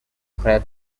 prior